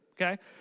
okay